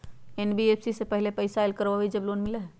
NBFC पहले पईसा जमा करवहई जब लोन मिलहई?